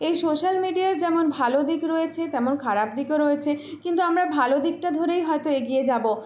এই সোশ্যাল মিডিয়ায় যেমন ভালো দিক রয়েছে তেমন খারাপ দিকও রয়েছে কিন্তু আমরা ভালো দিকটা ধরেই হয়তো এগিয়ে যাবো